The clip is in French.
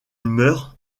meurt